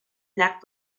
llarg